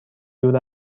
دور